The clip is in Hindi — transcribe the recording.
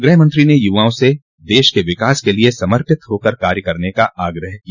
गृह मंत्री ने युवाओं से देश के विकास के लिए समर्पित होकर काम करने का आग्रह किया